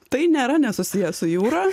tai nėra nesusiję su jūra